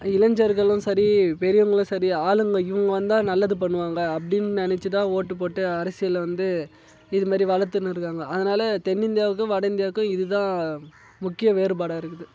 இளைஞர்களும் சரி பெரியவங்களும் சரி ஆளுங்கள் இவங்க வந்தால் நல்லது பண்ணுவாங்கள் அப்படின் நினைச்சிதான் ஓட்டு போட்டு அரசியல்ல வந்து இதுமாரி வளர்த்துனு இருக்கிறாங்க அதனால் தென் இந்தியாவுக்கும் வட இந்தியாவுக்கும் இது தான் முக்கிய வேறுபாடாக இருக்குது